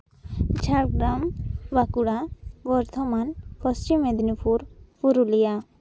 Jhargram Bankura Bardhaman Paschim Medinipur Purulia